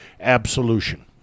absolution